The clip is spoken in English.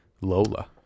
Lola